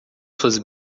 suas